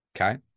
Okay